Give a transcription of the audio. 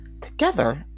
Together